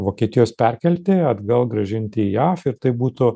vokietijos perkelti atgal grąžinti į jav ir tai būtų